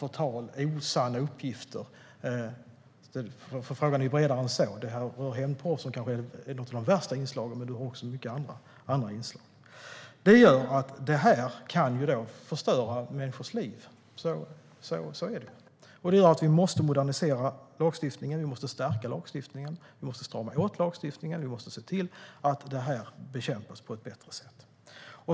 Frågan är ju bredare än så här; den rör hämndporr, som är ett av de värsta inslagen, men det finns många andra inslag. Det här kan förstöra människors liv. Så är det. Vi måste modernisera, stärka och strama åt lagstiftningen. Vi måste se till att det här bekämpas på ett bättre sätt.